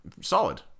solid